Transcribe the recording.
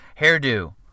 hairdo